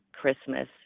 Christmas